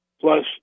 plus